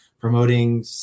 promoting